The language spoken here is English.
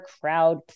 crowd